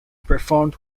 performed